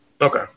Okay